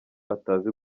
atazi